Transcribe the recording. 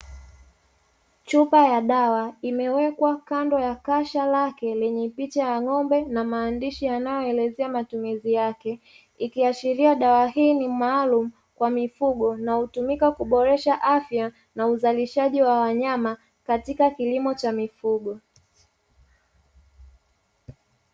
Chupa ya dawa imewekwa kando ya kasha lake lenye picha ya ng'ombe na maandishi yanayoelezea matumizi yake, ikiashiria dawa hii ni maalumu kwa mifugo na hutumika kuboresha afya na uzalishaji wa wanyama katika kilimo cha mifugo.